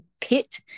pit